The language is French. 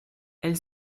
elle